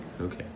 Okay